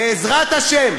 בעזרת השם.